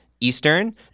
Eastern